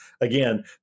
again